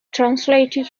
translated